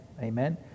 amen